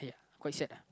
quite sad lah